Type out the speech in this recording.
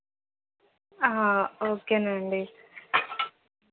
okay అండి